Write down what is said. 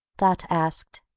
dot asked.